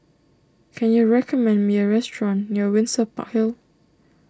can you recommend me a restaurant near Windsor Park Hill